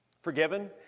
Forgiven